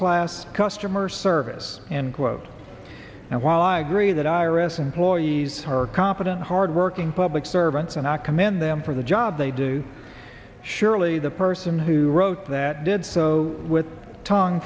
class customer service and quote and while i agree that iris employees are competent hardworking public servants and i commend them for the job they do surely the person who wrote that did so with tongue